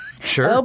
Sure